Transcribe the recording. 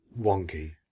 wonky